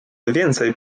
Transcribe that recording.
więcej